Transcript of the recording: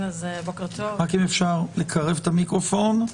אם אפשר לקרב את המיקרופון,